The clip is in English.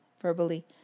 verbally